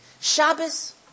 Shabbos